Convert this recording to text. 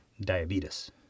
diabetes